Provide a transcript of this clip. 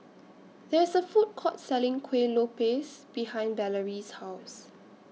There IS A Food Court Selling Kueh Lopes behind Valarie's House